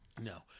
No